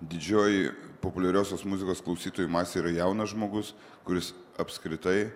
didžioji populiariosios muzikos klausytojų masė yra jaunas žmogus kuris apskritai